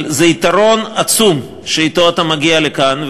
אבל זה יתרון עצום שאתו אתה מגיע לכאן,